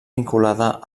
vinculada